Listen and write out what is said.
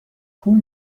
پول